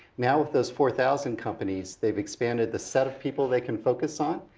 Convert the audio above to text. now with those four thousand companies, they've expanded the set of people they can focus on.